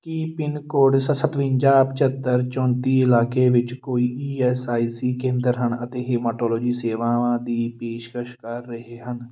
ਕੀ pin code ਸ ਸਤਵੰਜਾ ਪੰਝੱਤਰ ਚੌਂਤੀ ਇਲਾਕੇ ਵਿੱਚ ਕੋਈ ਈ ਐੱਸ ਆਈ ਸੀ ਕੇਂਦਰ ਹਨ ਅਤੇ ਹੇਮਾਟੋਲੋਜੀ ਸੇਵਾਵਾਂ ਦੀ ਪੇਸ਼ਕਸ਼ ਕਰ ਰਹੇ ਹਨ